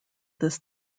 this